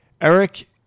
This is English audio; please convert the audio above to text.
Eric